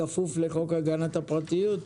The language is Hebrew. לומר בכפוף לחוק הגנת הפרטיות?